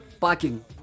Parking